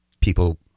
people